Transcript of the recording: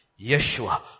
Yeshua